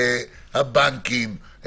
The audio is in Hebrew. הבנקים,